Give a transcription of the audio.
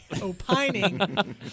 opining